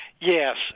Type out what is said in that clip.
Yes